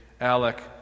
Alec